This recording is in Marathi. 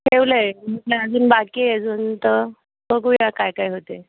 ठेवलं आहे म्हणजे अजून बाकी आहे अजून तर बघूया काय काय होते